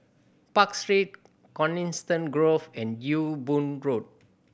Park Street Coniston Grove and Ewe Boon Road